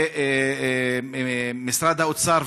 משרד האוצר,